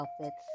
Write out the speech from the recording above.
outfits